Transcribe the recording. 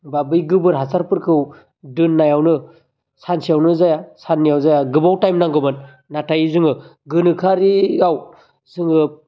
बा बै गोबोर हासारफोरखौ दोननायावनो सानसेयावनो जाया साननैआव जाया गोबाव टाइम नांगौमोन नाथाय जोङो गोनोखोआरि आव जोङो